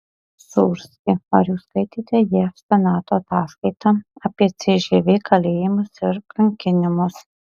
sūrski ar jūs skaitėte jav senato ataskaitą apie cžv kalėjimus ir kankinimus